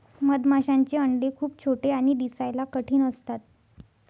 मधमाशांचे अंडे खूप छोटे आणि दिसायला कठीण असतात